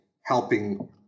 helping